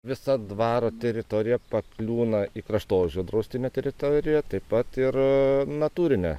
visa dvaro teritorija pakliūna į kraštovaizdžio draustinio teritoriją taip pat ir natūrinę